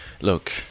look